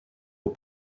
aux